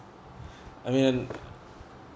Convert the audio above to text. I mean